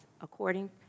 according